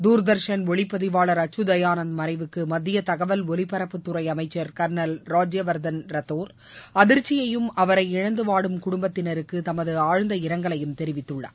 துர்தர்ஷன் ஒளிப்பதிவாளர் அச்சுதயானந்த் மறைவுக்கு மத்திய தகவல் ஒலிபரப்புத்துறை அமைச்சர் கர்னல் ராஜ்யவர்தன் ரத்தோர் அதிர்ச்சியையும் அவரை இழந்துவாடும் குடும்பத்தினருக்கு தமது ஆழ்ந்த இரங்கலையும் தெரிவித்துள்ளார்